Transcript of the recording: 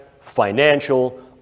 financial